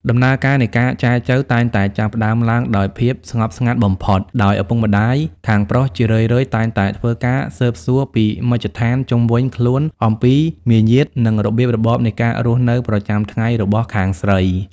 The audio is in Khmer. ដំណើរការនៃការចែចូវតែងតែចាប់ផ្ដើមឡើងដោយភាពស្ងប់ស្ងាត់បំផុត ដោយឪពុកម្ដាយខាងប្រុសជារឿយៗតែងតែធ្វើការស៊ើបសួរពីមជ្ឈដ្ឋានជុំវិញខ្លួនអំពីមាយាទ និងរបៀបរបបនៃការរស់នៅប្រចាំថ្ងៃរបស់ខាងស្រី។